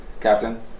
Captain